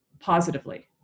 positively